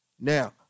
Now